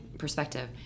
perspective